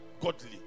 godly